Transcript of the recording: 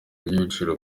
ry’ibiciro